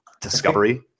discovery